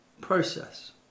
process